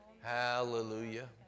Hallelujah